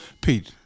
Pete